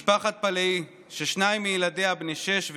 משפחת פאלי, ששניים מילדיה, בני שש ושמונה,